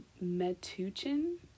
Metuchen